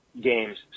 games